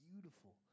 beautiful